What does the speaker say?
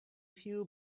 few